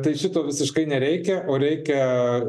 tai šito visiškai nereikia o reikia